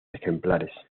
ejemplares